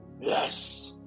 Yes